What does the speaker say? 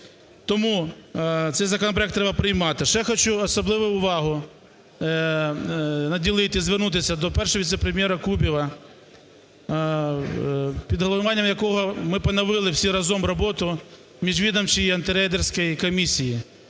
Тому цей законопроект треба приймати. Ще хочу особливу увагу наділити, звернутися до Першого віце-прем'єра Кубіва, під головуванням якого ми поновили всі разом роботу Міжвідомчої антирейдерської комісії,